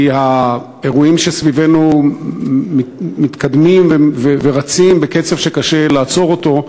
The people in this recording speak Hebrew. כי האירועים שסביבנו מתקדמים ורצים בקצב שקשה לעצור אותו,